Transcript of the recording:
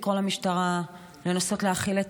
לקרוא למשטרה לנסות להכיל את